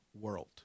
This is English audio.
world